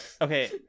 Okay